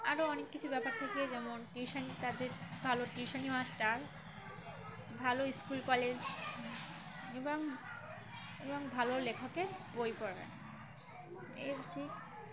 আরও অনেক কিছু ব্যাপার থেকে যেমন টিউশন তাদের ভালো টিউশনি মাস্টার ভালো স্কুল কলেজ এবং এবং ভালো লেখকের বই পড়া এই যে